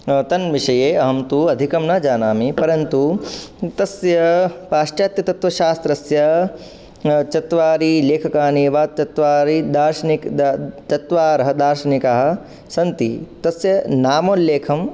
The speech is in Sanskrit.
तद् विषये अहं तु अधिकं न जानामि परन्तु तस्य पाश्चात्यतत्त्वशास्त्रस्य चत्वारि लेखकानि वा चत्वारि दार्शनिकाः चत्वारः दार्शनिकाः सन्ति तस्य नामोल्लेखं